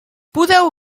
podeu